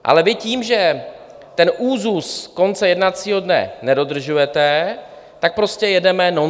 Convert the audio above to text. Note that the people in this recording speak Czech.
Ale vy tím, že ten úzus konce jednacího dne nedodržujete, tak prostě jedeme nonstop.